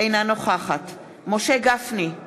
אינה נוכחת משה גפני,